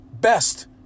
best